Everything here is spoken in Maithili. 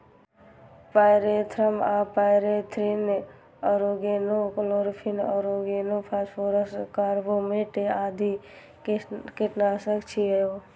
पायरेथ्रम आ pyrethrin, organochlorine, organophosphorus, carbamate आदि कीटनाशक छियै